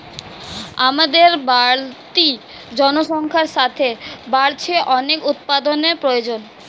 আমাদের বাড়তি জনসংখ্যার সাথে বাড়ছে অনেক উপাদানের প্রয়োজন